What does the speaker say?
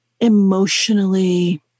emotionally